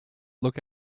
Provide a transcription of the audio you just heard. look